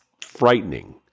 frightening